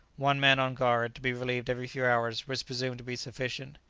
one man on guard, to be relieved every few hours, was presumed to be sufficient.